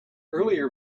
earlier